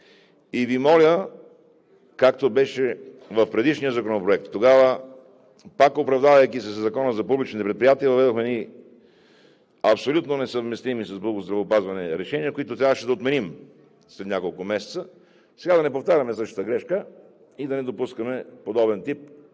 И Ви моля, както беше в предишния законопроект – тогава пак, оправдавайки се със Закона за публичните предприятия, въведохме едни абсолютно несъвместими с българското здравеопазване решения, които трябваше да отменим след няколко месеца. Сега да не повтаряме същата грешка и да не допускаме подобен тип